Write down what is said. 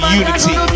unity